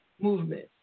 movement